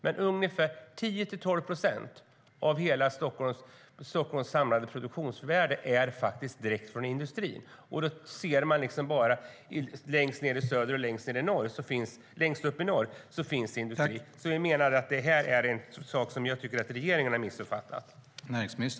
Men ungefär 10-12 procent av hela Stockholms samlade produktionsvärde kommer direkt från industrin. Man ser annars bara att industrin finns längst nere i söder och längst uppe i norr. Vi menar därför att detta är en sak som regeringen har missuppfattat.